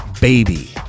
Baby